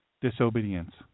disobedience